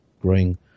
growing